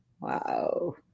Wow